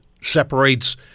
separates